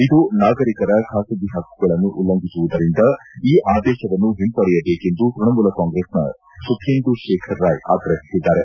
ಇದು ನಾಗರಿಕರ ಖಾಸಗಿ ಪಕ್ಕುಗಳನ್ನು ಉಲ್ಲಂಘಿಸುವುದರಿಂದ ಈ ಆದೇಶವನ್ನು ಒಂಪಡೆಯಬೇಕೆಂದು ತ್ಯಣಮೂಲ ಕಾಂಗ್ರೆಸ್ನ ಸುಖೇಂದು ಶೇಖರ್ ರಾಯ್ ಆಗ್ರಹಿಸಿದ್ದಾರೆ